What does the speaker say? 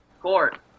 Court